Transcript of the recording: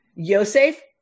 Yosef